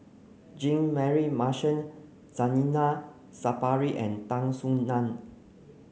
Jean Mary Marshall Zainal Sapari and Tan Soo Nan